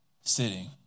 sitting